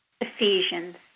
Ephesians